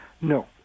No